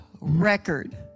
record